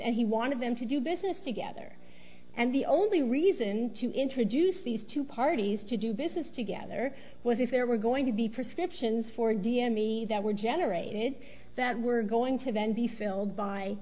and he wanted them to do business together and the only reason to introduce these two parties to do business together was if there were going to be perceptions for d m v that were generated that were going to then be filled by